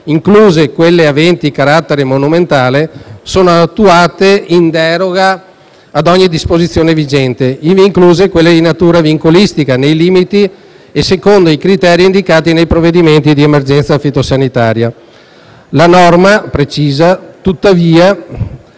incluse quelle aventi carattere monumentale, sono attuate in deroga ad ogni disposizione vigente, ivi incluse quelle di natura vincolistica, nei limiti e secondo i criteri indicati nei provvedimenti di emergenza fitosanitaria. La norma precisa tuttavia